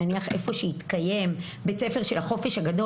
נניח איפה שהתקיים "בית הספר של החופש הגדול",